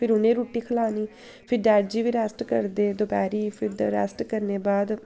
फिर उ'नें गी रुट्टी खलान्नीं फिर डैडी जी बी रैस्ट करदे दपैह्री फिर ते रैस्ट करने बाद